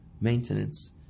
maintenance